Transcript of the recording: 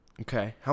Okay